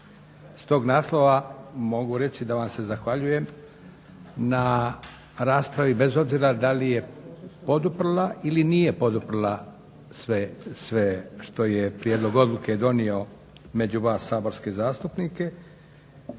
S tog naslova mogu reći da vam se zahvaljujem na raspravi bez obzira da li je poduprla ili nije poduprla sve što je prijedlog odluke donio među vas saborske zastupnike